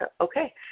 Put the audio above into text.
okay